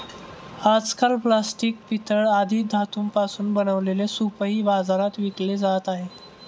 आजकाल प्लास्टिक, पितळ आदी धातूंपासून बनवलेले सूपही बाजारात विकले जात आहेत